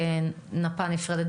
כנפה נפרדת?